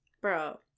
Bro